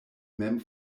mem